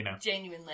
genuinely